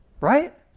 Right